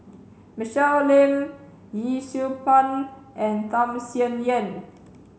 Michelle Lim Yee Siew Pun and Tham Sien Yen